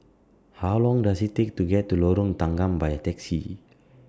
How Long Does IT Take to get to Lorong Tanggam By Taxi